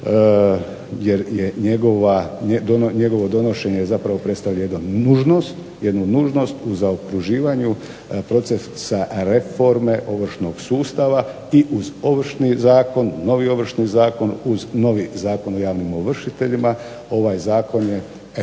je njegovo donošenje predstavlja jednu nužnost u okruživanju procesa reforme ovršnog sustava i uz novi Ovršni zakon, uz novi Zakon o javnim ovršiteljima, ovaj zakon je točka